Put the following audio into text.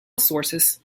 sources